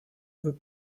veut